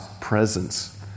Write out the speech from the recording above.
presence